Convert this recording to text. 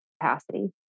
capacity